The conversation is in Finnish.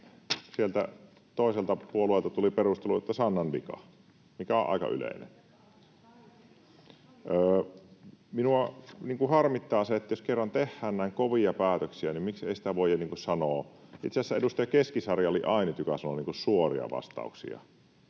sieltä toiselta puolueelta tuli perustelu, että ”Sannan vika”, [Veronika Honkasalo: Ja kaljaa!] mikä on aika yleinen. Minua harmittaa se, että jos kerran tehdään näin kovia päätöksiä, niin miksei sitä voida sanoa. Itse asiassa edustaja Keskisarja oli ainut, joka sanoi suoria vastauksia,